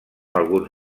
alguns